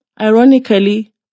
Ironically